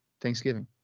Thanksgiving